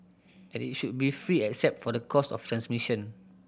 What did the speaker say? and it should be free except for the cost of transmission